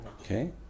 Okay